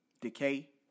Decay